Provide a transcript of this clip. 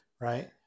right